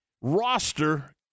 roster